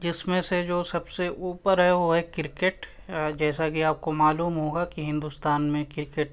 جس میں سے جو سب سے اوپر ہے وہ ہے کرکٹ جیسا کہ آپ کو معلوم ہوگا کہ ہندوستان میں کرکٹ